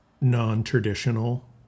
non-traditional